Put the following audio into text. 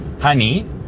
Honey